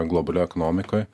globalioj ekonomikoj